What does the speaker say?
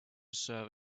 serve